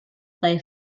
clay